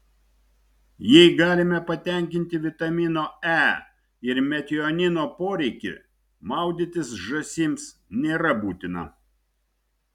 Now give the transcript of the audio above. jei galime patenkinti vitamino e ir metionino poreikį maudytis žąsims nėra būtina